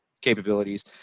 capabilities